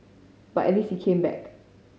but at least he came back